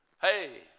Hey